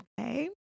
okay